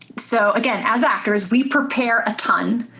so, again, as actors, we prepare a ton,